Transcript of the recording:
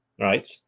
Right